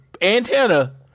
antenna